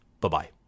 Bye-bye